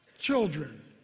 children